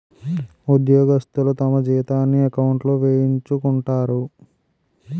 ఉద్యోగస్తులు తమ జీతాన్ని ఎకౌంట్లో వేయించుకుంటారు